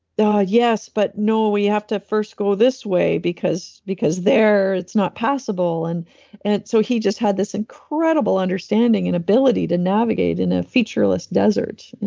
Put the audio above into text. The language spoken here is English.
yes, but no. we have to first go this way, because because there it's not passable. and and so, he just had this incredible understanding and ability to navigate in a featureless desert. and